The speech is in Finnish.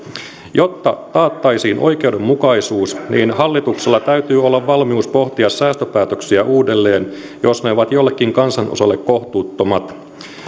jotta taattaisiin oikeudenmukaisuus hallituksella täytyy olla valmius pohtia säästöpäätöksiä uudelleen jos ne ovat jollekin kansanosalle kohtuuttomat